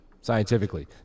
scientifically